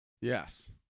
yes